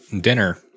dinner